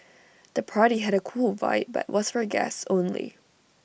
the party had A cool vibe but was for guests only